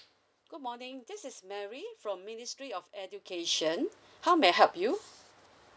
good morning this is mary from ministry of education how may I help you